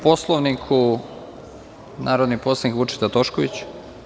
Po Poslovniku, narodni poslanik Vučeta Tošković.